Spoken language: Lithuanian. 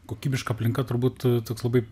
kokybiška aplinka turbūt toks labai